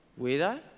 Weirdo